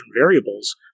variables